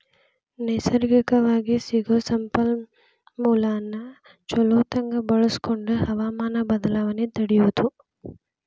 ನೈಸರ್ಗಿಕವಾಗಿ ಸಿಗು ಸಂಪನ್ಮೂಲಾನ ಚುಲೊತಂಗ ಬಳಸಕೊಂಡ ಹವಮಾನ ಬದಲಾವಣೆ ತಡಿಯುದು